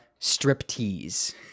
striptease